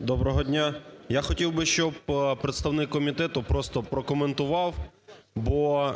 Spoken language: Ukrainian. Доброго дня! Я хотів би, щоб представник комітету просто прокоментував, бо